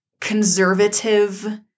conservative